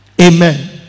Amen